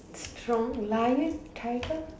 strong lion tiger